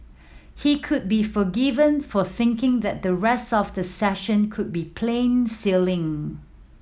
he could be forgiven for thinking that the rest of the session could be plain sailing